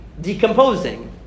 decomposing